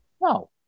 No